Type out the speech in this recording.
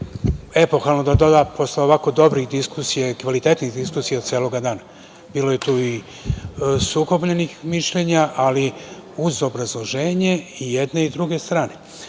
epohalno da doda posle ovako dobrih diskusija i kvalitetnih diskusija celoga dana. Bilo je tu i sukobljenih mišljenja, ali uz obrazloženje i jedne i druge strane. Ono